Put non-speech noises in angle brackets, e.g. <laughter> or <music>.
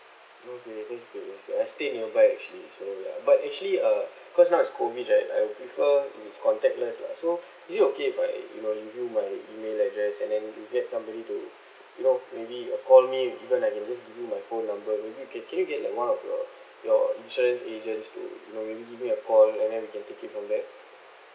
okay thank you I stayed nearby actually so like but actually uh cause now is COVID right I prefer with contactless lah so <breath> is it okay if I you know I give you my email address and then you get somebody to you know maybe uh call me even like you can just give him my phone number maybe can can you get like one of your your insurance agents to you know maybe give me a call and then we can take it from there